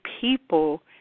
people